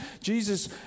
Jesus